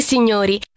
Signori